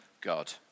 God